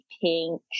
pink